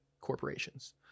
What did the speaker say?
corporations